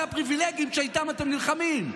זה הפריבילגים שאיתם אתם נלחמים.